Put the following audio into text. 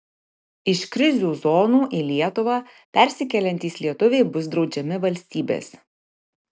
iš krizių zonų į lietuvą persikeliantys lietuviai bus draudžiami valstybės